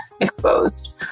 exposed